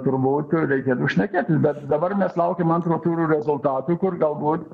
turbūt reikėtų šnekėtis bet dabar mes laukiam antro turo rezultatų kur galbūt